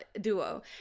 Duo